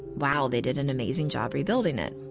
wow, they did an amazing job rebuilding it.